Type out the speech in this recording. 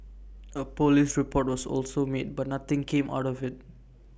A Police report was also made but nothing came out of IT